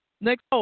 Next